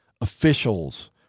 officials